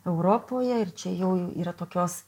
europoje ir čia jau yra tokios